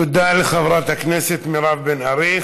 תודה לחברת הכנסת מירב בן ארי.